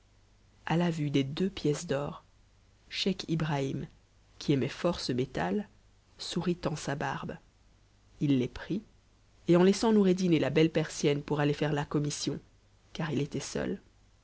a la vue des deux pièces d'or scheich ibrahim qui aimait fort ce métal sourit en sa barbe il les prit et en laissant noureddin et la belle persienne pour aller faire la commission car il était seul